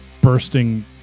bursting